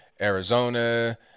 Arizona